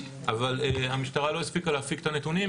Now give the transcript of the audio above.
אבל המשטרה לא הספיקה להפיק את הנתונים.